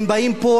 הם באים פה,